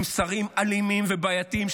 עם שרים אלימים ובעייתיים,